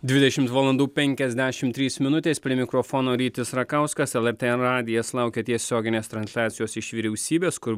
dvidešimt valandų penkiasdešimt trys minutės prie mikrofono rytis rakauskas lrt radijas laukia tiesioginės transliacijos iš vyriausybės kur